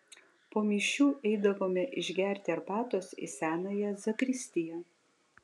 po mišių eidavome išgerti arbatos į senąją zakristiją